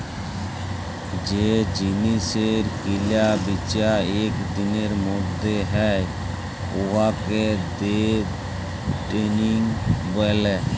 যে জিলিসের কিলা বিচা ইক দিলের ম্যধে হ্যয় উয়াকে দে টেরেডিং ব্যলে